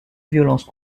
violence